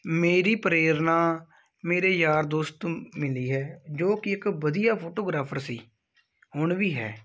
ਮੇਰੀ ਪ੍ਰੇਰਨਾ ਮੇਰੇ ਯਾਰ ਦੋਸਤ ਤੋਂ ਮਿਲੀ ਹੈ ਜੋ ਕਿ ਇੱਕ ਵਧੀਆ ਫੋਟੋਗ੍ਰਾਫਰ ਸੀ ਹੁਣ ਵੀ ਹੈ